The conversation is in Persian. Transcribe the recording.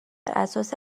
اساس